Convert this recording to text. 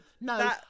no